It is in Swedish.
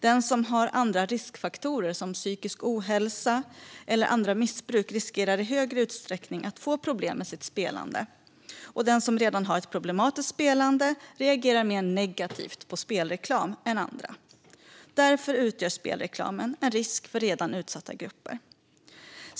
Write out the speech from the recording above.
Den som har riskfaktorer som psykisk ohälsa eller andra missbruk riskerar i högre utsträckning att få problem med sitt spelande, och den som redan har ett problematiskt spelande reagerar mer negativt på spelreklam än andra. Spelreklamen utgör därför en risk för redan utsatta grupper.